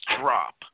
drop